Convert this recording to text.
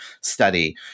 study